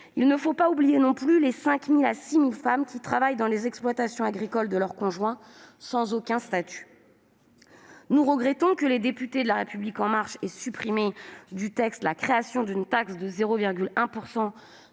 Il ne faut pas oublier non plus les 5 000 à 6 000 femmes qui travaillent dans l'exploitation agricole de leur conjoint sans aucun statut. Nous regrettons que les députés La République en Marche aient supprimé du texte la création d'une taxe de 0,1